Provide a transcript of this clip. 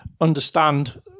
understand